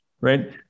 right